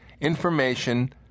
Information